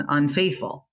unfaithful